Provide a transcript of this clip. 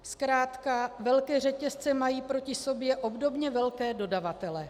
Zkrátka velké řetězce mají proti sobě obdobně velké dodavatele.